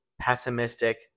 pessimistic